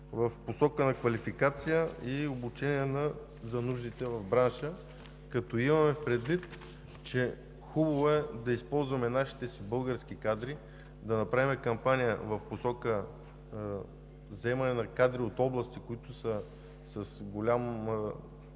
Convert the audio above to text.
в посока на квалификацията и обучението за нуждите в бранша? Като имаме предвид, че е хубаво да използваме нашите, българските кадри, да направим кампания в посока вземане на кадри от области, които са с голяма